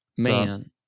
Man